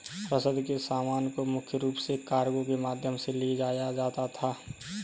रसद के सामान को मुख्य रूप से कार्गो के माध्यम से ले जाया जाता था